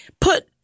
put